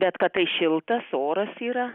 bet kad tai šiltas oras yra